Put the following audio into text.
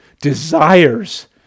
desires